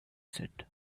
said